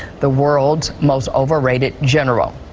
the world's most overrated general.